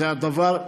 זה הדבר,